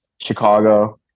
Chicago